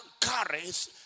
carries